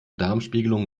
darmspiegelung